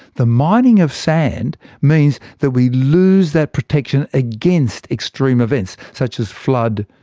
the mining of sand means that we lose that protection against extreme events such as flood,